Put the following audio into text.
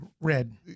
red